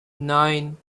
nine